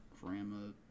grandma